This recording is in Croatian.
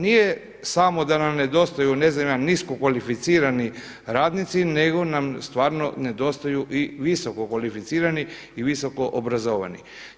Nije samo da nam nedostaju ne znam ja, niskokvalificirani radnici, nego nam stvarno nedostaju i visoko kvalificirani i visoko obrazovani.